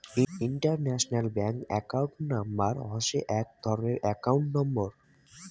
international bank account number হসে এক ধরণের একাউন্ট নম্বর